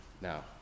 Now